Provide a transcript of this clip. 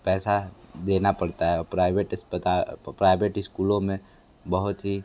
पैसा देना पड़ता है और प्राइवेट अस्पताल प्राइवेट इस्कूलों में बहुत ही